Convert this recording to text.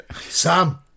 Sam